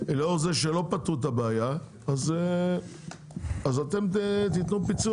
לאור זה שלא פתרו את הבעיה אז אתם תיתנו פיצוי